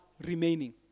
remaining